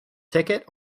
ticket